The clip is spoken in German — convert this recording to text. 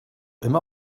immer